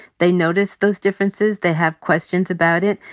they notice those differences. they have questions about it.